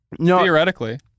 theoretically